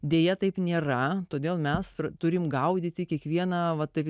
deja taip nėra todėl mes turim gaudyti kiekvieną va taip